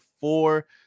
four